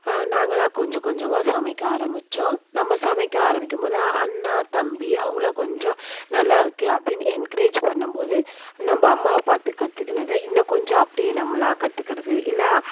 நாங்களாக கொஞ்ச கொஞ்சமாக சமைக்க ஆரம்பிச்சோம் நம்ம சமைக்க ஆரம்பிக்கும் போது அண்ணா தம்பி அவங்கள்லாம் கொஞ்சம் நல்லா இருக்குது அப்படின்னு என்க்ரேஜ் பண்ணும் போது நம்ம அம்மாவை பார்த்து கற்றுக்கினத இன்னும் கொஞ்சம் அப்படியே நம்மளாக கற்றுக்கிறது இல்லை